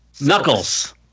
Knuckles